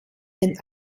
wenn